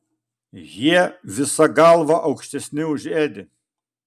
jie visa galva aukštesni už edį